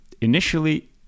initially